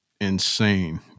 insane